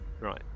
Right